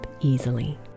easily